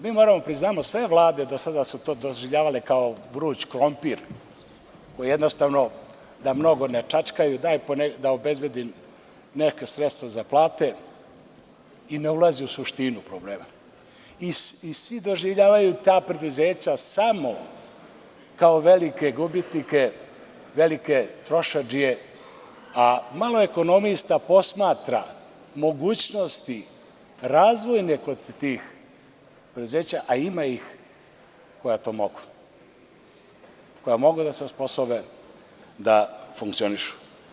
Mi moramo da priznamo da su sve vlade do sada to doživljavale kao vruć krompir, koji jednostavno da mnogo ne čačkaju, da obezbedi neka sredstva za plate i ne ulazi u suštinu problema i svi doživljavaju ta preduzeća samo kao velike gubitnike, velike trošadžije, a malo ekonomista posmatra mogućnosti razvojne kod tih preduzeća, a ima ih koja to mogu, koja mogu da se osposobe da funkcionišu.